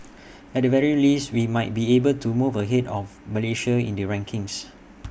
at the very least we might be able to move ahead of Malaysia in the rankings